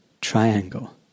triangle